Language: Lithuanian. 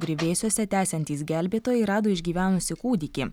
griuvėsiuose tęsiantys gelbėtojai rado išgyvenusi kūdikį